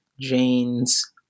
Jane's